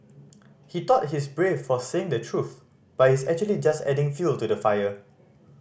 he thought he's brave for saying the truth but he's actually just adding fuel to the fire